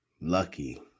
Lucky